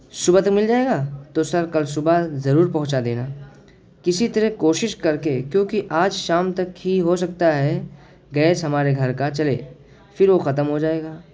صبح تک مل جائے گا تو سر کل صبح ضرور پہنچا دینا کسی طرح کوشش کر کے کیونکہ آج شام تک ہی ہو سکتا ہے گیس ہمارے گھر کا چلے پھر وہ ختم ہو جائے گا